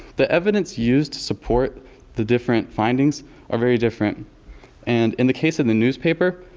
the evidence used to support the different findings are very different and in the case of the newspaper,